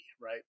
Right